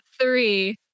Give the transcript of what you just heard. three